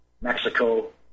Mexico